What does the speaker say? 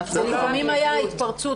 זה לפעמים היה התפרצות.